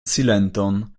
silenton